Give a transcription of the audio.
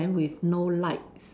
then with no lights